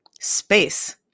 space